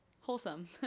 Wholesome